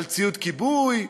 על ציוד כיבוי,